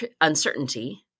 uncertainty